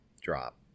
Drop